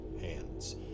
hands